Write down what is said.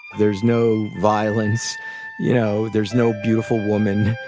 there's no violence you know, there's no beautiful woman.